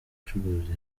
abacururiza